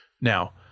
Now